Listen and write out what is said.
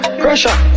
pressure